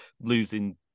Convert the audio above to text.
losing